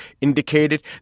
indicated